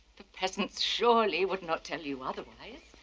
the peasants surely would not tell you otherwise.